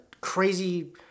crazy